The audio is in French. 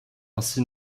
ainsi